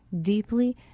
deeply